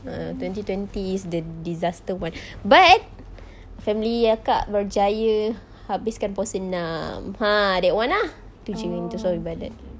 err twenty twenty was the disaster one but family akak berjaya habiskan puasa enam ah that [one] ah itu saja yang pasal ibadat